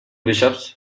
bishops